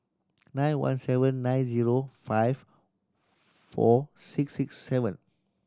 nine one seven nine zero five four six six seven